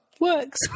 Works